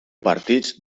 partits